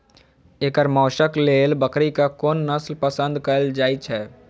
एकर मौशक लेल बकरीक कोन नसल पसंद कैल जाइ छै?